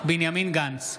בנימין גנץ,